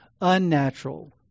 unnatural